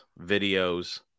videos